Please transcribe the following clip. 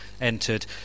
entered